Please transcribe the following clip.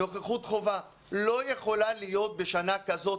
נוכחות חובה לא יכולה להיות בשנה כזאת.